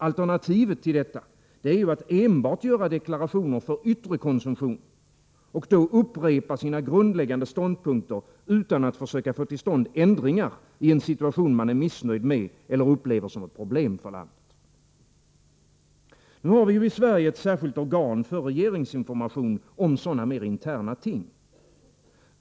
Alternativet är att enbart göra deklarationer för yttre konsumtion och upprepa sina grundläggande ståndpunkter utan att försöka få till stånd ändringar i en situation som man är missnöjd med eller upplever såsom ett problem för landet. Nu har vi i Sverige ett särskilt organ för regeringsinformation om sådana mer interna ting.